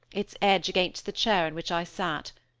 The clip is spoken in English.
its edge against the chair in which i sat.